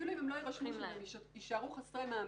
אפילו אם לא יירשמו ויישארו חסרי מעמד,